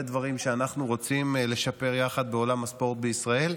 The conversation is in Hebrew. ודיברנו על הרבה דברים שאנחנו רוצים לשפר יחד בעולם הספורט בישראל.